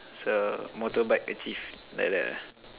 so motorbike achieve like that ah